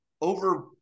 over